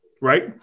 right